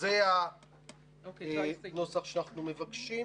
זה הנוסח שאנחנו מבקשים.